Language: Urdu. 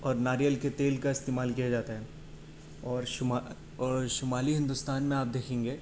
اور ناریل کے تیل کا استعمال کیا جاتا ہے اور شما اور شمالی ہندوستان میں آپ دیکھیں گے